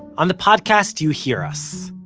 on the podcast you hear us,